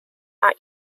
are